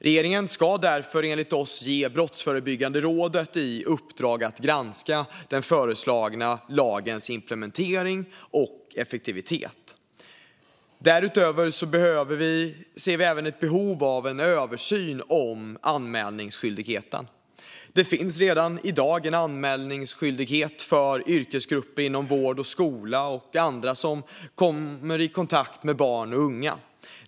Regeringen ska därför enligt oss ge Brottsförebyggande rådet i uppdrag att granska den föreslagna lagens implementering och effektivitet. Därutöver ser vi ett behov av en översyn av anmälningsskyldigheten. Det finns redan i dag en anmälningsskyldighet för yrkesgrupper inom vård och skola och andra som kommer i kontakt med barn och unga.